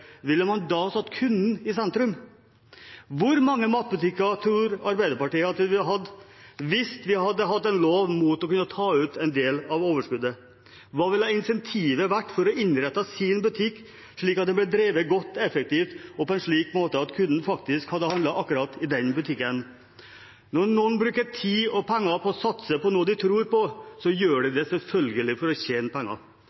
ville man da ha satt kunden i sentrum? Hvor mange matbutikker tror Arbeiderpartiet at vi ville hatt hvis vi hadde hatt en lov mot å kunne ta ut en del av overskuddet? Hva ville incentivet vært for å innrette sin butikk slik at den ble drevet godt, effektivt og på en slik måte at kundene hadde handlet akkurat i den butikken? Når noen bruker tid og penger på å satse på noe de tror på, gjør de